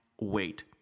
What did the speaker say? wait